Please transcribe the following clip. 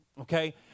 okay